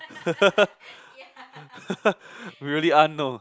really unknown